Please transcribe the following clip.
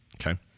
Okay